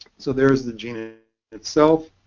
so there's the gene itself.